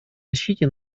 защите